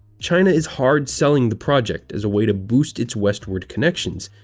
china is hard-selling the project as a way to boost its westward connections,